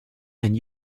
and